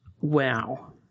wow